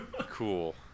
Cool